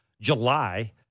July